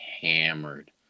hammered